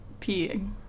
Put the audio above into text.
Peeing